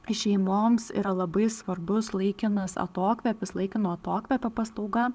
šeimoms yra labai svarbus laikinas atokvėpis laikino atokvėpio paslauga